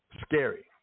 scary